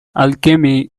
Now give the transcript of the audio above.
alchemy